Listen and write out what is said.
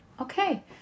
Okay